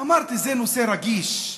אמרתי, זה נושא רגיש,